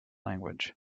language